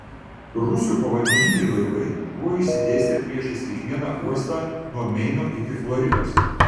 rusų povandeniniai laivai buvo išsidėstę priešais kiekvieną uostą nuo meino iki floridos